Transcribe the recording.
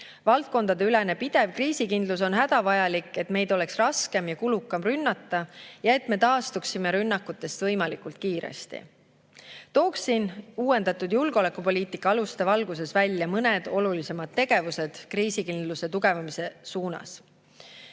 Valdkondadeülene pidev kriisikindlus on hädavajalik, et meid oleks raskem ja kulukam rünnata ja et me taastuksime rünnakutest võimalikult kiiresti. Tooksin uuendatud julgeolekupoliitika aluste valguses välja mõned olulisemad tegevused kriisikindluse tugevdamiseks.